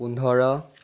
পোন্ধৰ